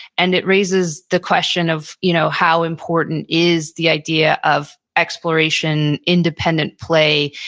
and it raises the question of, you know how important is the idea of exploration, independent play,